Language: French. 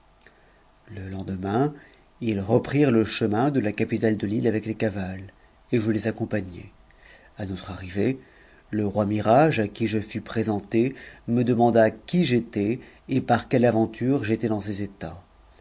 le lendemain ils reprirent le chemin de la capitale de l'île avec les t ttes et je les accompagnai a notre arrivée le roi mihrage à qui je t m esenté me demanda qui j'étais et par quelle aventure j'étais dans t états